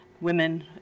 women